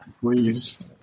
Please